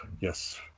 Yes